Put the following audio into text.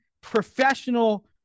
professional